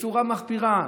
בצורה מחפירה,